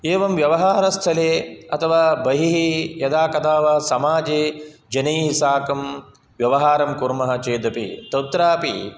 एवं व्यवहारस्थले अथवा बहिः यदा कदा वा समाजे जनैः साकं व्यवहारं कुर्मः चेदपि तत्रापि